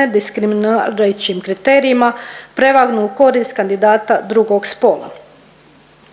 ne diskriminirajućim kriterijima prevagnu u korist kandidata drugog spola.